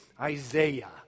Isaiah